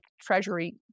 treasury